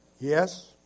Yes